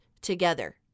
together